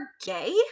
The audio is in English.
gay